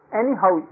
anyhow